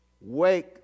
wake